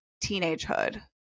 teenagehood